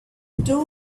two